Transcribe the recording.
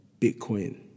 Bitcoin